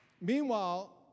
Meanwhile